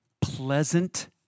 pleasant